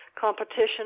competition